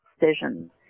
decisions